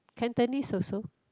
Cantonese also